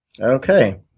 Okay